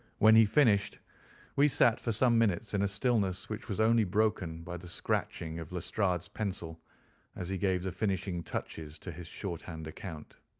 when he finished we sat for some minutes in a stillness which was only broken by the scratching of lestrade's pencil as he gave the finishing touches to his shorthand account.